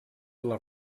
les